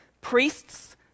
Priests